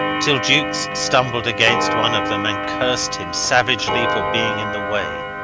till jukes stumbled against one of them and cursed him savagely for being in the way.